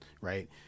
right